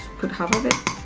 put half of it